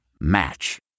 Match